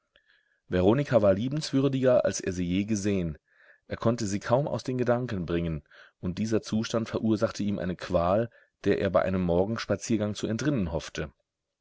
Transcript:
veronika war liebenswürdiger als er sie je gesehen er konnte sie kaum aus den gedanken bringen und dieser zustand verursachte ihm eine qual der er bei einem morgenspaziergang zu entrinnen hoffte